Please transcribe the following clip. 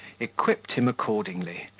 equipped him accordingly,